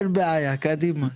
אין בעיה, קדימה.